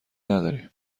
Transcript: نداریم